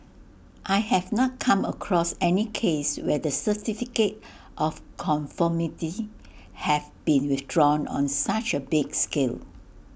I have not come across any case where the certificate of conformity have been withdrawn on such A big scale